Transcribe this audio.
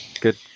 Good